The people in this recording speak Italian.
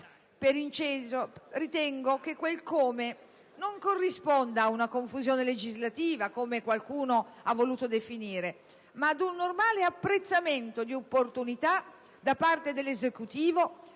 Per inciso, ritengo che quel "come" non corrisponda ad una confusione legislativa, come qualcuno l'ha voluta definire, ma ad un normale apprezzamento di opportunità da parte dell'Esecutivo